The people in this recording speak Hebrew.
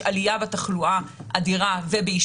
יש בבריטניה עלייה אדירה בתחלואה ובאשפוזים,